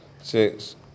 six